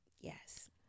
yes